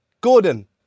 Gordon